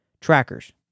trackers